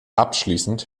abschließend